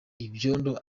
ibyondo